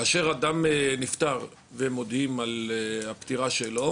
כאשר אדם נפטר ומודיעים על פטירה שלו